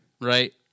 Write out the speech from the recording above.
right